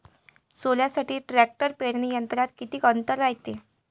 सोल्यासाठी ट्रॅक्टर पेरणी यंत्रात किती अंतर रायते?